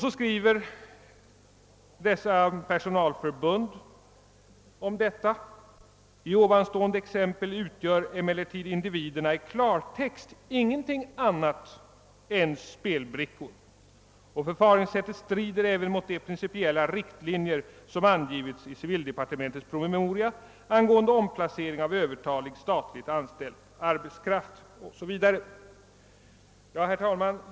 Personalförbundet skriver om detta, att i exemplet utgör individerna i klartext ingenting annat än spelbrickor och att förfaringssättet strider mot de principiella riktlinjer som angivits i civildepartementets promemoria angående omplacering av Öövertalig statligt anställd arbetskraft. Herr talman!